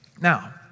Now